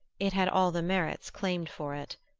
it had all the merits claimed for it.